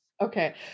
okay